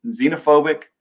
xenophobic